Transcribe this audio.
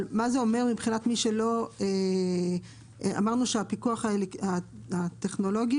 אמרנו שלגבי הפיקוח הטכנולוגי